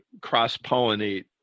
cross-pollinate